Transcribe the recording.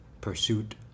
pursuit